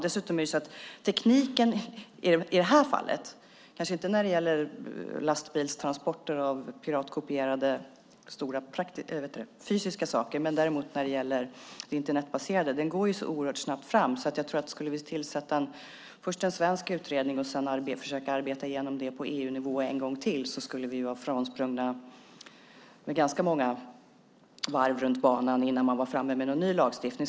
Dessutom går tekniken när det gäller det Internetbaserade oerhört snabbt fram - det gör den kanske inte när det gäller lastbilstransporter av piratkopierade stora fysiska saker. Skulle vi först tillsätta en svensk utredning och sedan försöka arbeta igenom det på EU-nivå en gång till tror jag att vi skulle vara frånsprungna med ganska många varv runt banan innan vi skulle vara framme med någon ny lagstiftning.